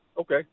Okay